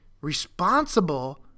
responsible